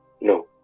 No